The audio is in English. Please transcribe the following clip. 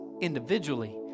individually